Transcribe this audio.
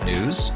News